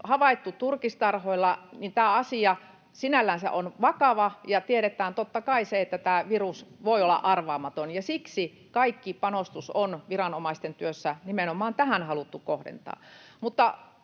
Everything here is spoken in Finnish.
havaittu turkistarhoilla, sinällänsä on vakava, ja tiedetään totta kai, että tämä virus voi olla arvaamaton. Siksi kaikki panostus on viranomaisten työssä nimenomaan tähän haluttu kohdentaa.